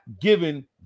given